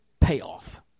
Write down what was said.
payoff